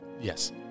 Yes